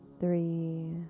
three